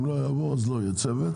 אם החוק לא יעבור אז לא יהיה צוות.